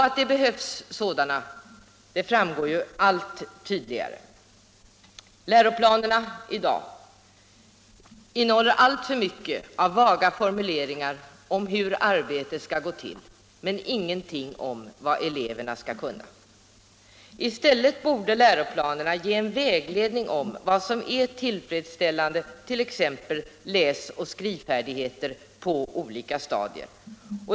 Att de behövs framgår allt tydligare. Läroplanerna i dag innehåller alltför mycket av vaga formuleringar om hur arbetet skall gå till, men ingenting om vad eleverna skall kunna. I stället borde läroplanerna ge vägledning om vad som är tillfredsställande, t.ex. läsoch skrivfärdigheter på olika stadier.